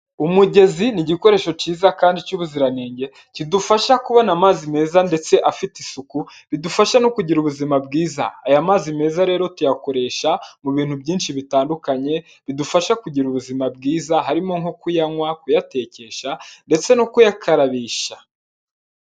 Umugezi ni igikoresho cyiza kandi cy'ubuziranenge, kidufasha kubona amazi meza ndetse afite isuku, bidufasha no kugira ubuzima bwiza. Aya mazi meza rero tuyakoresha mu bintu byinshi bitandukanye, bidufasha kugira ubuzima bwiza, harimo nko kuyanywa, kuyatekesha ndetse no kuyakarabisha.